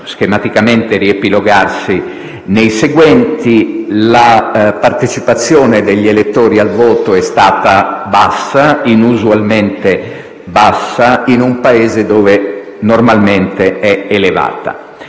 schematicamente riepilogarsi nei seguenti: la partecipazione degli elettori al voto è stata bassa - inusualmente bassa - in un Paese dove normalmente è elevata;